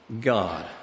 God